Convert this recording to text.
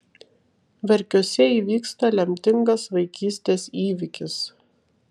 verkiuose įvyksta lemtingas vaikystės įvykis